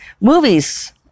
Movies